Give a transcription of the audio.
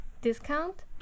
discount